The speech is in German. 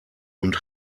und